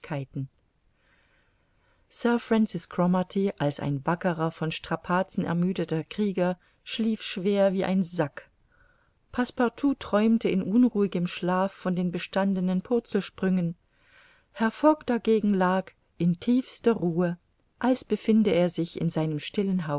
francis cromarty als ein wackerer von strapazen ermüdeter krieger schlief schwer wie ein sack passepartout träumte in unruhigem schlaf von den bestandenen purzelsprüngen herr fogg dagegen lag in tiefster ruhe als befinde er sich in seinem stillen